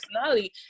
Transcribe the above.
personality